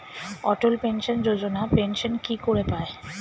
অটল pension Yojana pension কি করে পায়?